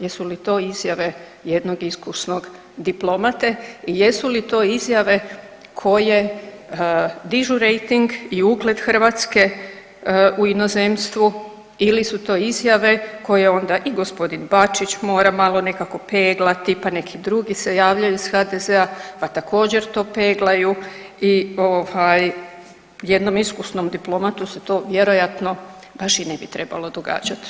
Jesu li to izjave jednog iskusnog diplomate i jesu li to izjave koje dižu rejting i ugled Hrvatske u inozemstvu ili su to izjave koje onda i gospodin Bačić mora malo nekako peglati, pa neki drugi se javljaju iz HDZ-a pa također to peglaju i ovaj jednom iskusnom diplomatu se to vjerojatno baš i ne bi trebalo događati.